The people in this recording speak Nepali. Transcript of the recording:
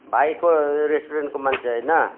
भाइ को रेस्टुरेन्टको मान्छे होइन